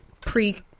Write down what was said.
pre